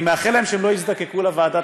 אני מאחל להם שהם לא יזדקקו לוועדת